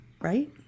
right